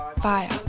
fire